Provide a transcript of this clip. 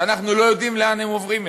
שאנחנו לא יודעים לאן הם עוברים,